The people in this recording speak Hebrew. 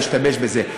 להשתמש בזה.